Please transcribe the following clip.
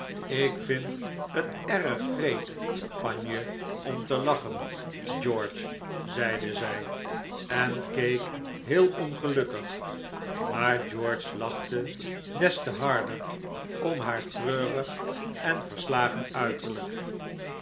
ik vind het erg wreed van je om te lachen george zeide zij en keek heel ongelukkig maar george lachte des te harder om haar treurig en verslagen uiterlijk